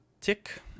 Tick